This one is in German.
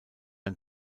ein